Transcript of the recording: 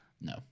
No